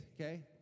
okay